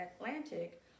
Atlantic